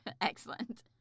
Excellent